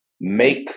make